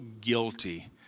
guilty